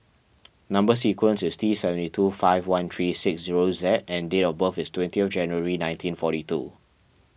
Number Sequence is T seventy two five one three six zero Z and date of birth is twenty of January nineteen forty two